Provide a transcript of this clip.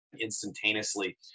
instantaneously